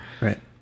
right